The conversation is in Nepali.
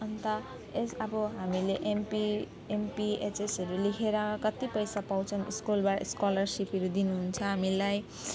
अन्त यस अब हामीले एमपी एमपी एचएसहरू लेखेर कति पैसा पाउँछौँ स्कुलबाट स्कोलरसिपहरू दिनुहुन्छ हामीलाई